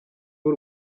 w’u